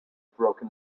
broken